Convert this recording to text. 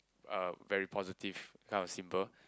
uh very positive kind of symbol